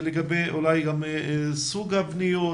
אולי גם לגבי סוג הפניות,